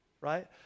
right